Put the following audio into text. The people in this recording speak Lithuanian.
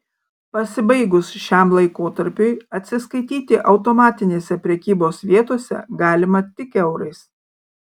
pasibaigus šiam laikotarpiui atsiskaityti automatinėse prekybos vietose galima tik eurais